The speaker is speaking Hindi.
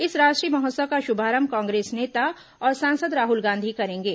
इस राष्ट्रीय महोत्सव का शुभारंभ कांग्रेस नेता और सांसद राहुल गांधी करेंगे